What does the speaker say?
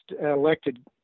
elected